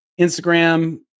Instagram